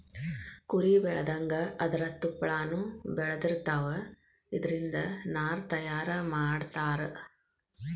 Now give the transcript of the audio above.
ಕುರಿ ಬೆಳದಂಗ ಅದರ ತುಪ್ಪಳಾನು ಬೆಳದಿರತಾವ, ಇದರಿಂದ ನಾರ ತಯಾರ ಮಾಡತಾರ